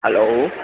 hello